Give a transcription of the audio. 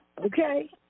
Okay